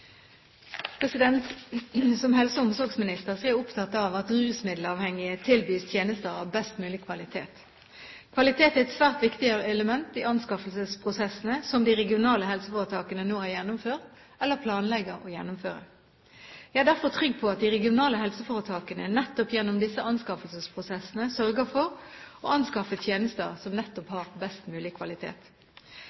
Som helse- og omsorgsminister er jeg opptatt av at rusmiddelavhengige tilbys tjenester av best mulig kvalitet. Kvalitet er et svært viktig element i anskaffelsesprosessene som de regionale helseforetakene nå har gjennomført eller planlegger å gjennomføre. Jeg er derfor trygg på at de regionale helseforetakene nettopp gjennom disse anskaffelsesprosessene sørger for å anskaffe tjenester som nettopp